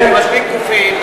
יש מספיק גופים,